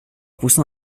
poussa